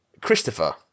Christopher